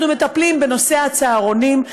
אנחנו מטפלים בנושא הצהרונים.